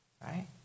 Right